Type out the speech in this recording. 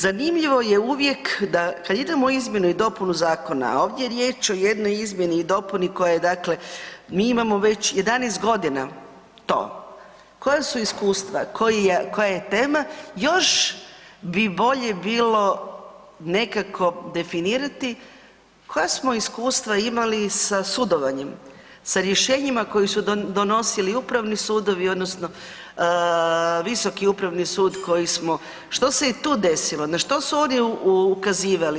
Zanimljivo je uvijek da kad idemo i izmjenu i dopunu zakona, a ovdje je riječ o jednoj izmjeni i dopuni koja je dakle, mi imamo već 11 godina to, koja su iskustava koja je tema još bi bolje bilo nekako definirati koja smo iskustva imali sa sudovanjem, sa rješenjima koje su donosili upravni sudovi odnosno Visoki upravni sud koji smo, što se je tu desilo, na što su oni ukazivali.